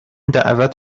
دعوت